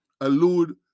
allude